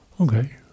Okay